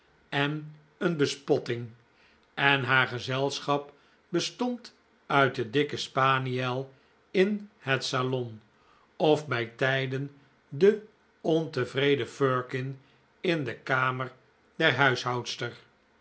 en een bcspotting en haar gezelschap bestond uit den dikken spaniel in het salon of bij tijden de ontevreden firkin in de kamer der